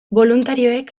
boluntarioek